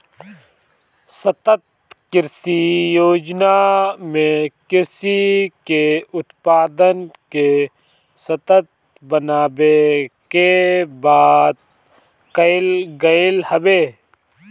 सतत कृषि योजना में कृषि के उत्पादन के सतत बनावे के बात कईल गईल हवे